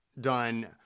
done